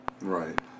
Right